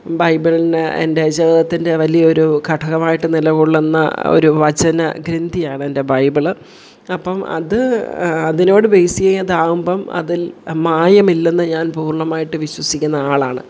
ബൈബിളിന് എൻ്റെ ജീവിതത്തിൻ്റെ വലിയൊരു ഘടകമായിട്ട് നിലകൊള്ളുന്ന ഒരു വചന ഗ്രന്ഥിയാണെൻ്റെ ബൈബിൾ അപ്പം അത് അതിനോട് ബേസ് ചെയ്ത് ആകുമ്പം അതിൽ മായമില്ലെന്നു ഞാൻ പൂർണ്ണമായിട്ടും വിശ്വസിക്കുന്ന ആളാണ്